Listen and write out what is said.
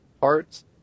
parts